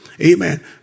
Amen